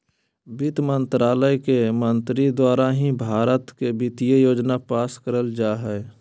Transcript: वित्त मन्त्रालय के मंत्री द्वारा ही भारत के वित्तीय योजना पास करल जा हय